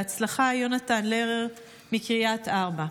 בהצלחה, יונתן לרר מקריית ארבע.